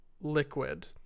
Liquid